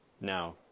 Now